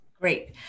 Great